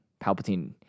Palpatine